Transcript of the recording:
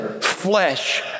flesh